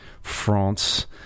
France